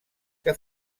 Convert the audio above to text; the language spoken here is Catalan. que